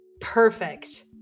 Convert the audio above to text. perfect